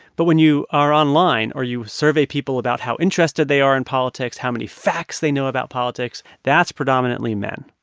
but when you are online or you survey people about how interested they are in politics, how many facts they know about politics, that's predominantly men.